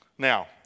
Now